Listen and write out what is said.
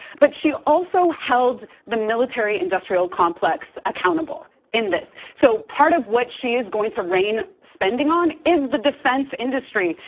but she also held the military industrial complex accountable in this. so part of what she is going to reign spending on is the defense industry.